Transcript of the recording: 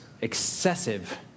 excessive